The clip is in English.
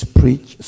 preach